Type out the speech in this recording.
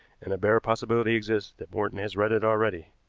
and a bare possibility exists that morton has read it already.